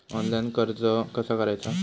Online कर्ज कसा करायचा?